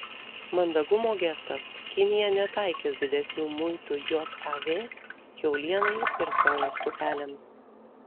mandagumo gestas kinija netaikys didesnių muitų jav kiaulienai ir sojos pupelėms